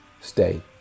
stay